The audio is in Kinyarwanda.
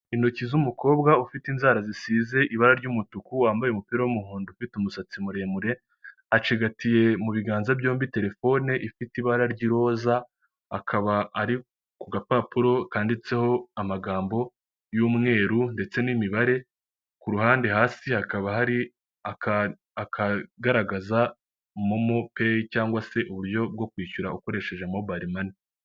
Intoki z'umukobwa ufite inzara zisize ibara ry'umutuku wambaye umupira wumuhondo ufite umusatsi muremure, acigatiye mu biganza byombi telefone ifite ibara ry'iroza, akaba ari ku gapapuro kanditseho amagambo y'umweru ndetse n'imibare, ku ruhande hasi hakaba hari akagaragaza momo peyi cyangwa se uburyo bwo kwishyura ukoresheje mobayiro mani.